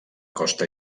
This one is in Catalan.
costa